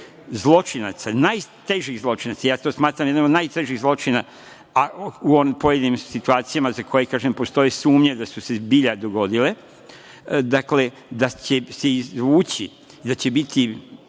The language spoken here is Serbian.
zločinaca, najtežih zločinaca. Ja to smatram jednim od najtežih zločina u pojedinim situacijama za koje, kažem, postoje sumnje da su se zbilja dogodile, dakle, da će se izvući i da će biti